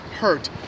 hurt